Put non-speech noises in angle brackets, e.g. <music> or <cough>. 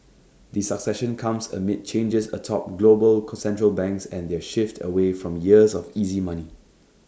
the succession comes amid changes atop global <unintelligible> central banks and their shift away from years of easy money